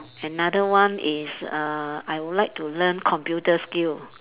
another one is uh I would like to learn computer skill